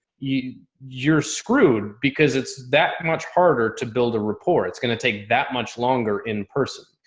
yeah you're screwed because it's that much harder to build a rapport. it's going to take that much longer in person.